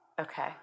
Okay